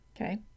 Okay